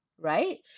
right